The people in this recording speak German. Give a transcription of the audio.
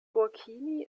burkini